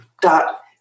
dot